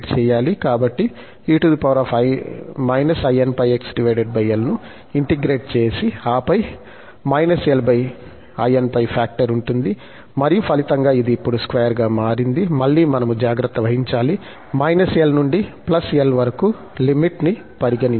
కాబట్టి e -inπx l ను integrate చేసి ఆపై −linπ ఫాక్టర్ ఉంటుంది మరియు ఫలితంగా ఇది ఇప్పుడు స్క్వేర్ గా మారింది మళ్ళీ మనము జాగ్రత్త వహించాలి lనుండి ప్లస్l వరకు లిమిట్ ని పరిగణించాలి